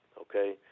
okay